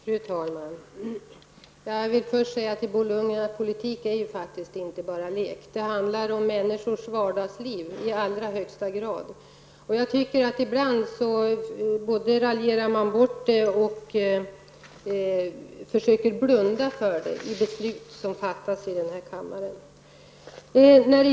Fru talman! Jag vill först säga till Bo Lundgren att politik faktiskt inte bara är en lek. Det handlar om människors vardagsliv i allra högsta grad. Ibland raljerar man med det och försöker blunda för det i beslut som fattas i denna kammare.